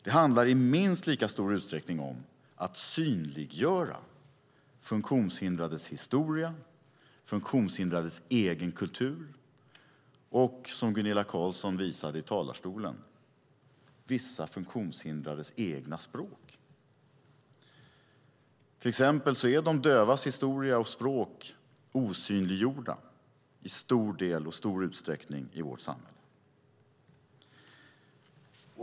Det handlar i minst lika stor utsträckning om att synliggöra funktionshindrades historia, funktionshindrades egen kultur och - som Gunilla Carlsson visade i talarstolen - vissa funktionshindrades egna språk. Till exempel är de dövas historia och språk osynliggjorda i stor utsträckning i vårt samhälle.